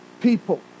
people